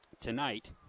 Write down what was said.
tonight